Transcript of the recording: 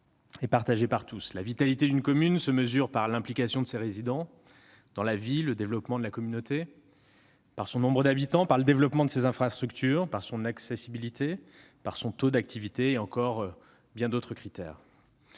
et partagé par tous. La vitalité d'une commune se mesure à l'implication de ses résidents dans la vie et le développement de la communauté, à son nombre d'habitants, au développement de ses infrastructures, à son accessibilité, à son taux d'activité, et à bien d'autres critères